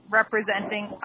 representing